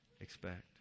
expect